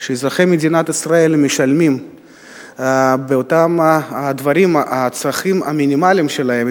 אנחנו רואים שאזרחי מדינת ישראל משלמים על הצרכים המינימליים שלהם,